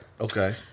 Okay